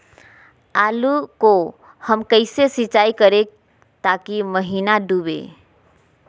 आलू को हम कैसे सिंचाई करे ताकी महिना डूबे?